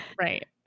Right